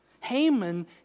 Haman